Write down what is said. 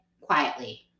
quietly